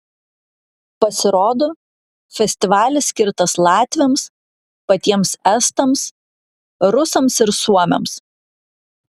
pasirodo festivalis skirtas latviams patiems estams rusams ir suomiams